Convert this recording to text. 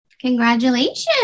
congratulations